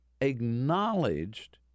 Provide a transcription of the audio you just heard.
acknowledged